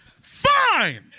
fine